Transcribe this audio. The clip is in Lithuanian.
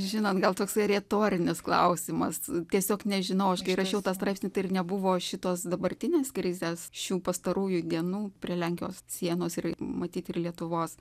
žinant gal toksai retorinis klausimas tiesiog nežinau aš kai rašiau tą straipsnį tai nebuvo šitos dabartinės krizės šių pastarųjų dienų prie lenkijos sienos ir matyt ir lietuvos